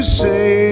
say